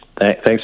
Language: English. Thanks